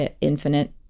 infinite